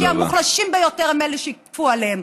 כי המוחלשים ביותר הם שיכפו עליהם.